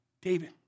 David